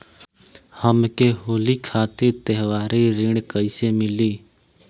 हमके होली खातिर त्योहारी ऋण कइसे मीली?